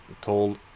told